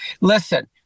Listen